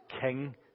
king